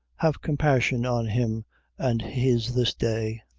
have compassion on him and his this day!